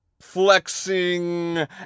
flexing